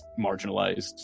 marginalized